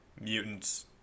mutants